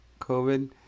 COVID